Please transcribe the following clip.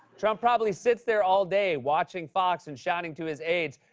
trump probably sits there all day, watching fox and shouting to his aides,